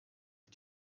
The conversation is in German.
sie